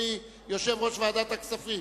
אדוני, יושב-ראש ועדת הכספים?